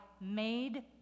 made